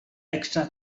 extra